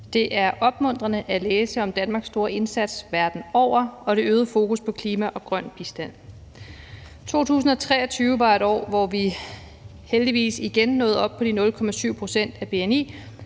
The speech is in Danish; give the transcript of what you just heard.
Det er opmuntrende at læse om Danmarks store indsats verden over og det øgede fokus på klima og grøn bistand. 2023 var et år, hvor vi heldigvis igen nåede op på de 0,7 pct. af bni,